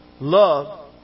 Love